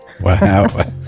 Wow